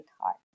heart